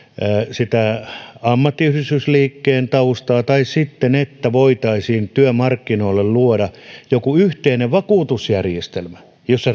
sitä ammattiyhdistysliikkeen taustaa tai sitten voitaisiin työmarkkinoille luoda joku yhteinen vakuutusjärjestelmä jossa